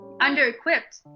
under-equipped